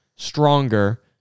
stronger